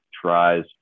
tries